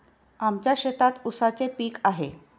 आमच्या शेतात ऊसाचे पीक आहे